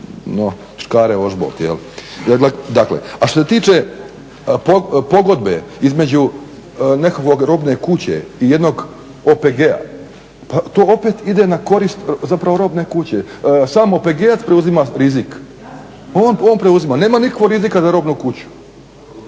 što se tiče pogodbe između nekakve robne kuće i jednog OPG-a pa to opet ide na korist zapravo robne kuće. Sam OPG-ajac preuzima rizik, on preuzima. Nema nikakvog rizika za robnu kuću.